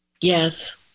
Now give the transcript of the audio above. Yes